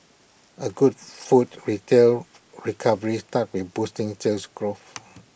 A good food retail recovery starts with boosting Sales Growth